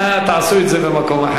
אנא עשו את זה במקום אחר.